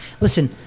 Listen